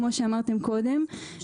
כפי שאמרתם קודם,